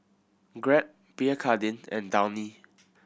grab Pierre Cardin and Downy